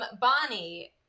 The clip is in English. bonnie